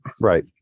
Right